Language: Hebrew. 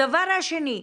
הדבר השני,